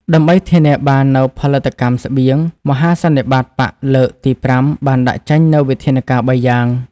ដើម្បីធានាបាននូវផលិតកម្មស្បៀង មហាសន្និបាតបក្សលើកទី៥ បានដាក់ចេញនូវវិធានការបីយ៉ាង។